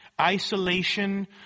isolation